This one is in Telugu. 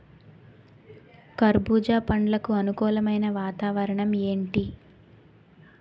కర్బుజ పండ్లకు అనుకూలమైన వాతావరణం ఏంటి?